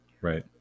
right